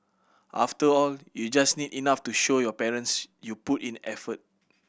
after all you just need enough to show your parents you put in effort